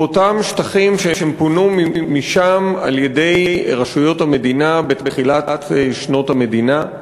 באותם שטחים שמהם פונו על-ידי רשויות המדינה בתחילת שנות המדינה.